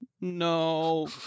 no